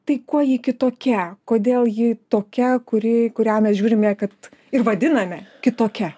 tai kuo ji kitokia kodėl ji tokia kuri į kurią mes žiūrime kad ir vadiname kitokia